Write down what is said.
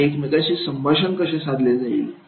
आणि एकमेकांशी संभाषण कसे केले जाईल